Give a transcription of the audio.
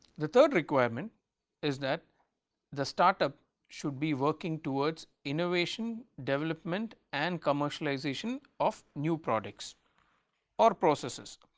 the third requirement is that the start-up should be working towards innovation development and commercialization of new products or processes.